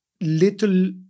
little